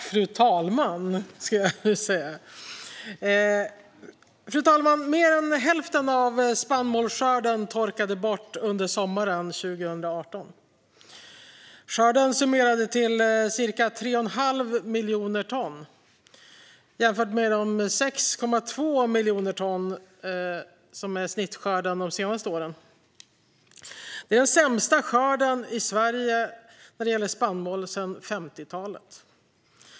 Fru talman! Mer än hälften av spannmålsskörden torkade bort under sommaren 2018. Skörden summerades till ca 3 1⁄2 miljon ton jämfört med 6,2 miljoner ton som är snittskörden de senaste åren. Det är den sämsta skörden i Sverige när det gäller spannmål sedan 50-talet.